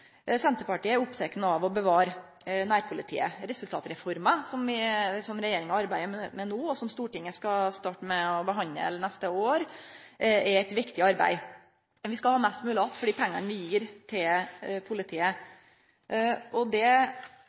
Senterpartiet er oppteke av å bevare nærpolitiet. Resultatreforma, som regjeringa arbeider med no, og som Stortinget skal starte å behandle neste år, er eit viktig arbeid. Men vi skal ha mest mogleg att for dei pengane vi gir til politiet. Det inneber for meg at vi samtidig må sjå på strukturen. Det